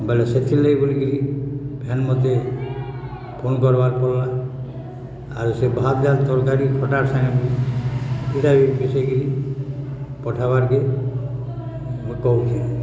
ମୁଁ ବଲେ ସେଥିର୍ଲାଗ ବୋଲିକିରି ଫେନ୍ ମୋତେ ଫୋନ୍ କର୍ବାର୍ ପଡ଼ଲା ଆରୁ ସେ ଭାତ ଡାଲ୍ ତରକାରୀ ଖଟାର୍ ସାଙ୍ଗେ ସେଇଟା ବି ମିଶାଇ କିରି ପଠାବାର୍କେ ମୁଇଁ କହୁଛି